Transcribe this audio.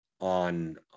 on